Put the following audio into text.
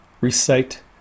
recite